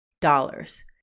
dollars